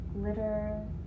glitter